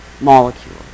molecule